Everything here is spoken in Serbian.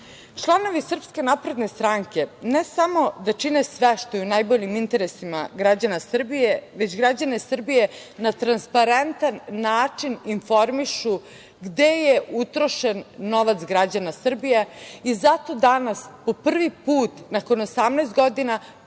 javnih preduzeća. Članovi SNS ne samo da čine sve što je u najboljim interesima građana Srbije, već građane Srbije na transparentan način informišu gde je utrošen novac građana Srbije i zato danas po prvi put nakon 18 godina,